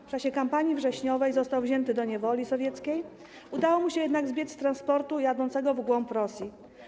W czasie kampanii wrześniowej został wzięty do niewoli sowieckiej, udało mu się jednak zbiec z transportu jadącego w głąb Rosji.